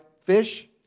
fish